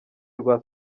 rwa